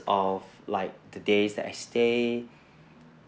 of like the days that I stay